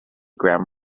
gram